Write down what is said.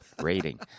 rating